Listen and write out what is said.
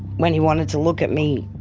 when he wanted to look at me.